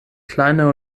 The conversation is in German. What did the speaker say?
kleine